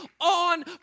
on